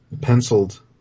penciled